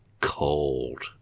cold